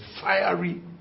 fiery